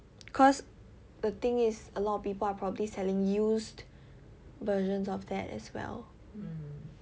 cause the thing is a lot of people are probably selling used versions of that as well